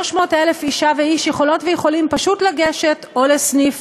300,000 אישה ואיש יכולות ויכולים פשוט לגשת או לסניף